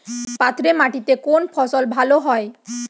পাথরে মাটিতে কোন ফসল ভালো হয়?